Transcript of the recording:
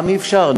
פעם לא היה אפשר,